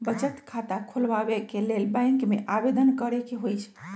बचत खता खोलबाबे के लेल बैंक में आवेदन करेके होइ छइ